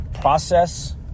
process